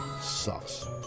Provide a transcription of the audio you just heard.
sucks